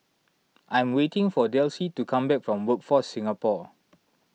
I'm waiting for Delcie to come back from Workforce Singapore